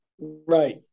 Right